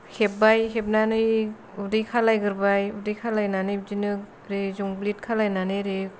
हेब्बाय हेबनानै उदै खालायग्रोबाय उदै खालायनानै बिदिनो ओरै जंब्लिद खालायनानै ओरै